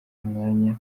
umwanya